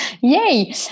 Yay